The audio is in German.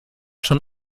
schon